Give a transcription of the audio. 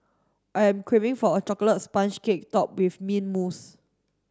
I am craving for a chocolate sponge cake topped with mint mousse